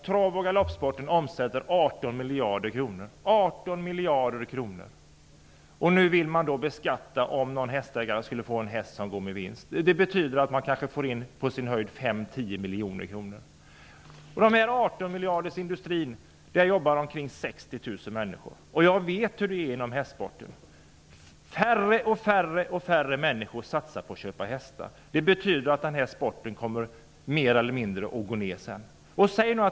Travoch galoppsporten omsätter 18 miljarder kronor. Nu vill man beskatta hästägare som har en häst som går med vinst. Det betyder att man på sin höjd får in 5--10 miljoner kronor. I denna 18 människor. Jag vet hur det är inom hästsporten. Allt färre människor satsar på att köpa hästar. Det betyder att denna sport mer eller mindre kommer att minska.